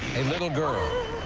a little girl.